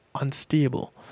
unstable